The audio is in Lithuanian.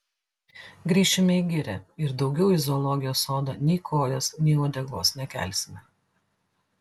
grįšime į girią ir daugiau į zoologijos sodą nei kojos nei uodegos nekelsime